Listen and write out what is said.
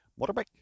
Motorbike